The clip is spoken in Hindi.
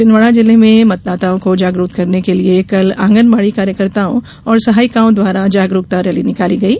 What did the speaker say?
छिदवाडा जिले में मतदाताओं को जागरूक करने के लिये कल आंगनबाडी कार्यकर्ताओं और सहायिकाओं द्वारा जागरूकता रैली निकाली गयी